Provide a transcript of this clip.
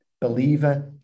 believer